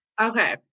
Okay